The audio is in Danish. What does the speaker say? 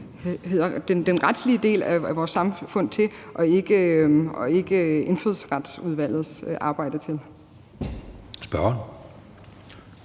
hører den retslige del af vores samfund til og ikke Indfødsretsudvalgets arbejde. Kl.